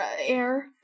air